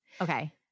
Okay